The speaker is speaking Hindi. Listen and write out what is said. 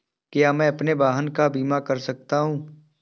क्या मैं अपने वाहन का बीमा कर सकता हूँ?